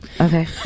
Okay